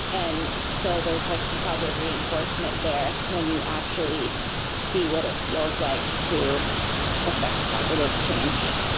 and so there's like some positive reinforcement there when you actually see what it feels like to affect positive change.